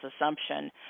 assumption